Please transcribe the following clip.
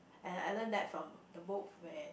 and I learn that from the book where